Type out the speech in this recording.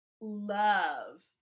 love